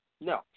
No